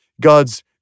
God's